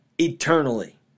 eternally